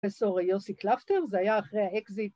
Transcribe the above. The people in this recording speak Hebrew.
‫פרופ' יוסי קלפטר, זה היה אחרי האקזיט.